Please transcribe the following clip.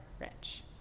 rich